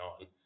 on